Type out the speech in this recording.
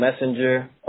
Messenger